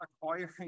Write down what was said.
acquiring